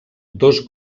dos